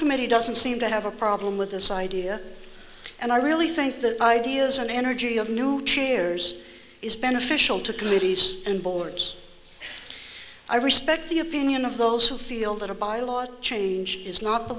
committee doesn't seem to have a problem with this idea and i really think the ideas and energy of new chairs is beneficial to communities and boards i respect the opinion of those who feel that a bylaw change is not the